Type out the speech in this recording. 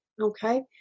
Okay